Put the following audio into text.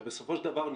הרי בסופו של דבר,